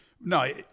No